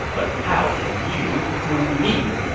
but how can you fool me?